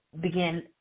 begin